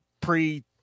pre